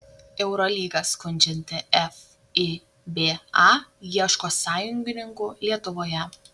eurolygą skundžianti fiba ieško sąjungininkų lietuvoje